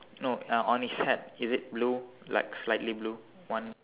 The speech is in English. no uh on his hat is it blue like slightly blue one